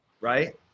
right